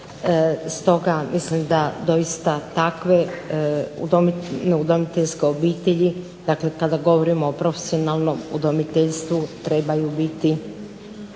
Stoga mislim da doista takve udomiteljske obitelji dakle kada govorimo o profesionalnom udmiteljstvu trebaju biti